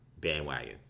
bandwagon